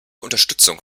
unterstützung